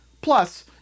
Plus